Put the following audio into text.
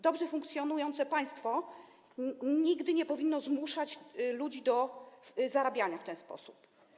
Dobrze funkcjonujące państwo nigdy nie powinno zmuszać ludzi do zarabiania w ten sposób.